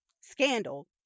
Scandal